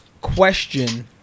question